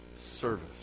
service